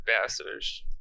ambassadors